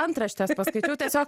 antraštes paskaičiau tiesiog